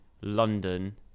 London